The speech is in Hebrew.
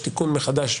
תודה מירב.